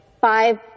five